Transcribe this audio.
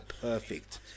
perfect